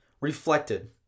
reflected